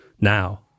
now